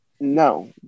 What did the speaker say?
no